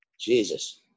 Jesus